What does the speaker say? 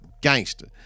gangster